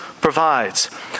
provides